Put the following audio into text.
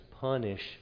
punish